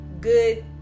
good